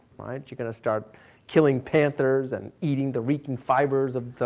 right. you got to start killing panthers and eating the reeking fibers of the,